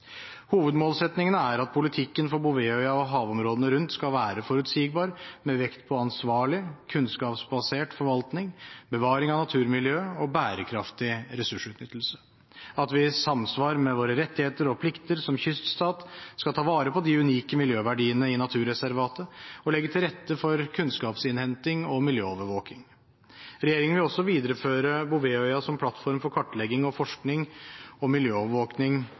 er at politikken for Bouvetøya og havområdene rundt skal være forutsigbar, med vekt på ansvarlig, kunnskapsbasert forvaltning, bevaring av naturmiljø og bærekraftig ressursutnyttelse – at vi i samsvar med våre rettigheter og plikter som kyststat skal ta vare på de unike miljøverdiene i naturreservatet og legge til rette for kunnskapsinnhenting og miljøovervåking. Regjeringen vil også videreføre Bouvetøya som plattform for kartlegging, forskning og miljøovervåking på selve øya og